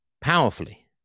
powerfully